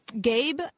Gabe